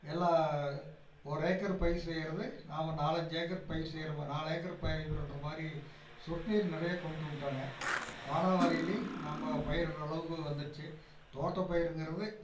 எல்லா ஒரு ஏக்கர் பயிர் செய்கிறது நாம் நாலஞ்சு ஏக்கர் பயிர் செய்கிற மாதிரி நாலு ஏக்கர் பயிர் இது பண்ணுறமாரி சொட்டு நீர் நிறையா கொண்டு வந்துட்டாங்க மானாவாரிலே நம்ம பயிரிடுகிற அளவுக்கு வந்துருச்சு தோட்ட பயிருங்கிறது